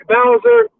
Bowser